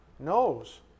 knows